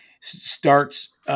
starts –